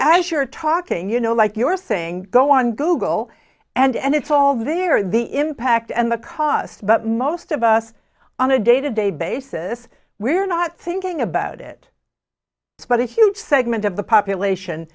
as you're talking you know like you're saying go on google and it's all there the impact and the cost but most of us on a day to day basis we're not thinking about it it's about a huge segment of the population